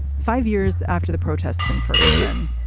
five years after the protests in ferguson,